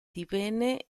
divenne